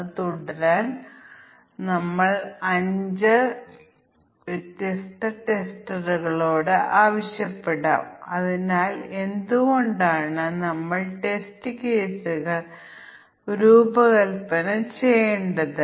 അതിനാൽ ഒരു ഫയലിൽ സംഭരിച്ചിരിക്കുന്ന വിവിധ ജീവനക്കാരുടെ പ്രായം വായിക്കുകയും തുടർന്ന് ശരാശരി പ്രായം കണക്കാക്കുകയും പ്രിന്റ് ചെയ്യുകയും ചെയ്യുന്ന പ്രവർത്തനമാണിത്